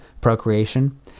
procreation